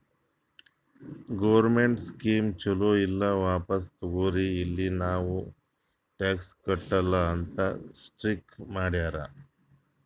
ಗೌರ್ಮೆಂಟ್ದು ಸ್ಕೀಮ್ ಛಲೋ ಇಲ್ಲ ವಾಪಿಸ್ ತಗೊರಿ ಇಲ್ಲ ನಾವ್ ಟ್ಯಾಕ್ಸ್ ಕಟ್ಟಲ ಅಂತ್ ಸ್ಟ್ರೀಕ್ ಮಾಡ್ಯಾರ್